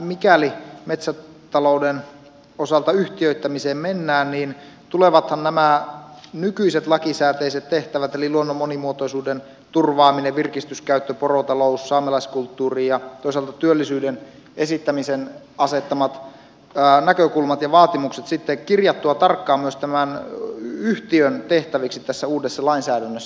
mikäli metsätalouden osalta yhtiöittämiseen mennään tulevathan nämä nykyiset lakisääteiset tehtävät eli luonnon monimuotoisuuden turvaaminen virkistyskäyttö porotalous saamelaiskulttuuri ja toisaalta työllisyyden edistämisen asettamat näkökulmat ja vaatimukset kirjattua tarkkaan myös tämän yhtiön tehtäviksi tässä uudessa lainsäädännössä